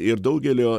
ir daugelio